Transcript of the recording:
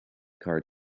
card